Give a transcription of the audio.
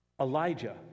Elijah